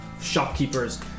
shopkeepers